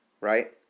Right